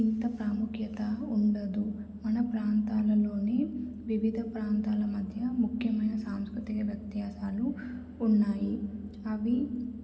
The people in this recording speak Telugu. ఇంత ప్రాముఖ్యత ఉండదు మన ప్రాంతాలలోనే వివిధ ప్రాంతాల మధ్య ముఖ్యమైన సాంస్కృతిక వ్యత్యాసాలు ఉన్నాయి అవి